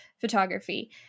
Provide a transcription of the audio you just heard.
photography